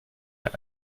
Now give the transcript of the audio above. der